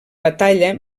batalla